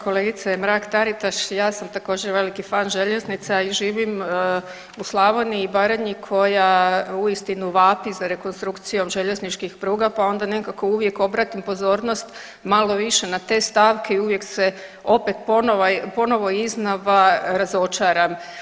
Kolegice Mrak Taritaš ja sam također veliki fan željeznica i živim u Slavoniji i Baranji koja uistinu vapi za rekonstrukcijom željezničkim pruga pa onda nekako uvijek obratim pozornost malo više na te stavke i uvijek se opet ponovo iznova razočaram.